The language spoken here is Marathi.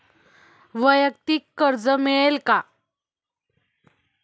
वैयक्तिक कर्ज मिळेल का?